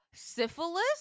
syphilis